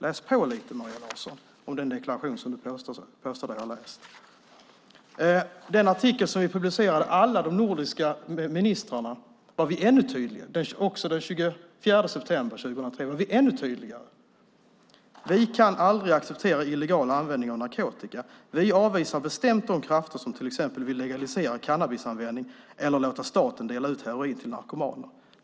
Läs på lite, Maria Larsson, den deklaration som du påstår dig ha läst! I den artikel som vi publicerade 24 september 2003, alla de nordiska ministrarna, var vi ännu tydligare: Vi kan aldrig acceptera illegal användning av narkotika. Vi avvisar bestämt de krafter som till exempel vill legalisera cannabisanvändning eller låta staten dela ut heroin till narkomaner.